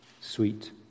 Sweet